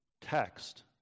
text